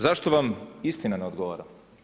Zašto vam istina ne odgovara?